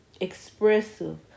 Expressive